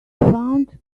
found